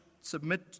submit